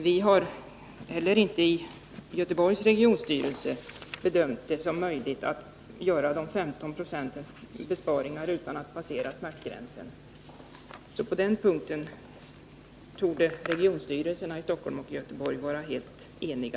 Vi har vidare inte heller i Göteborgs regionstyrelse bedömt det vara möjligt att göra de femtonprocentiga besparingarna utan att smärtgränsen passeras. På den punkten torde alltså regionstyrelserna i Stockholm och i Göteborg vara helt eniga.